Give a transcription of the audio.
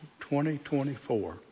2024